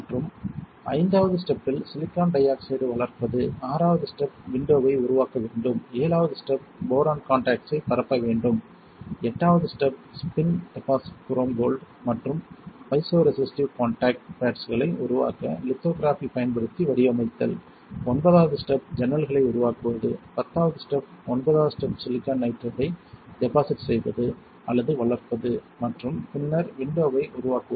மற்றும் ஐந்தாவது step silicon dioxide வளர்ப்பது ஆறாவது ஸ்டெப் விண்டோவை உருவாக்க வேண்டும் ஏழாவது ஸ்டெப் போரான் காண்டாக்ட்ஸ்ஸைப் பரப்ப வேண்டும் எட்டாவது step spin deposit chrome gold மற்றும் பைசோ ரெசிஸ்டிவ் காண்டாக்ட் பேட்ஸ்களை உருவாக்க லித்தோகிராஃபி பயன்படுத்தி வடிவமைத்தல் ஒன்பதாவது ஸ்டெப் ஜன்னல்களை உருவாக்குவது பத்தாவது ஸ்டெப் ஒன்பதாவது ஸ்டெப் சிலிக்கான் நைட்ரைடை டெபாசிட் செய்வது அல்லது வளர்ப்பது மற்றும் பின்னர் விண்டோவை உருவாக்குவது